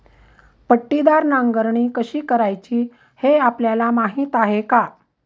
पट्टीदार नांगरणी कशी करायची हे आपल्याला माहीत आहे का?